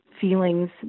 feelings